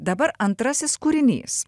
dabar antrasis kūrinys